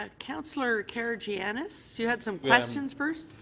ah councillor karygiannis you had some questions first.